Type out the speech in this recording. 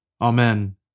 Amen